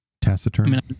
Taciturn